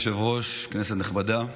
אדוני היושב-ראש, כנסת נכבדה,